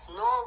no